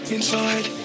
Inside